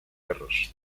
perros